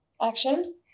action